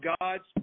God's